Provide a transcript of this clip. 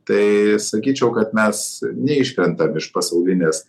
tai sakyčiau kad mes neiškrentam iš pasaulinės